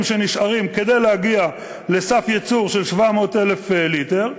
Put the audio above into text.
שנשארים כדי להגיע לסף ייצור של 700,000 ליטר.